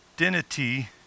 identity